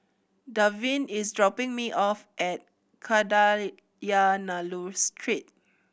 Davin is dropping me off at Kadayanallur Street